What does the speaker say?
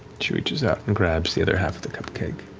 she reaches out and grabs the other half of the cupcake.